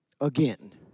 again